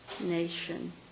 nation